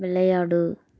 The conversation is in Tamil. விளையாடு